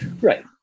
Right